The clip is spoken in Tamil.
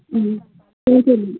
ம் ஓகே மேம்